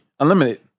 Unlimited